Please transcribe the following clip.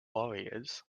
warriors